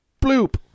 bloop